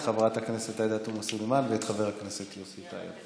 את חברת הכנסת עאידה תומא סלימאן ואת חבר הכנסת יוסי טייב.